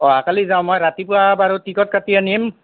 অহাকালি যাওঁ মই ৰাতিপুৱা বাৰু টিকট কাটি আনিম